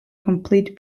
complete